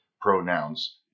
pronouns